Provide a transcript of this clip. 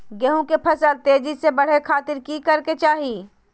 गेहूं के फसल तेजी से बढ़े खातिर की करके चाहि?